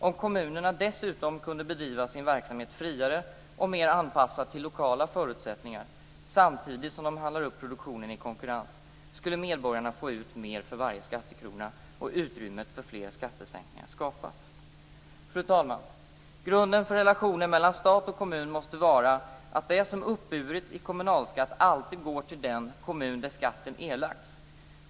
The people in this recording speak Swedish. Om kommunerna dessutom kunde bedriva sin verksamhet friare och mer anpassat till lokala förutsättningar samtidigt som de handlade upp produktionen i konkurrens skulle medborgarna få ut mer för varje skattekrona - och utrymme för fler skattesänkningar skapas. Fru talman! Grunden för relationen mellan stat och kommun måste vara att det som uppburits i kommunalskatt alltid går till den kommun där skatten erlagts.